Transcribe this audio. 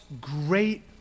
great